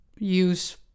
use